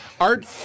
art